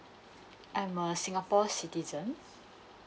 I'm a singapore citizen